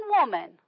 woman